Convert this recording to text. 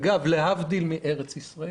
אגב, להבדיל מארץ ישראל.